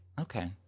Okay